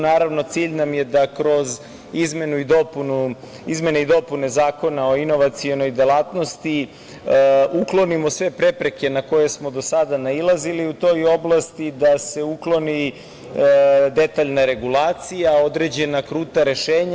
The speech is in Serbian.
Naravno, cilj nam je da kroz izmene i dopune Zakona o inovacionoj delatnosti uklonimo sve prepreke na koje smo do sada nailazili u toj oblasti i da se ukloni detaljna regulacija, određena kruta rešenja.